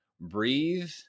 breathe